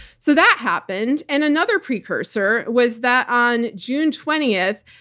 so, that happened. and another precursor was that on june twentieth,